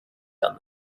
done